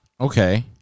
okay